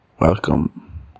welcome